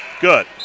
good